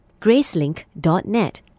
gracelink.net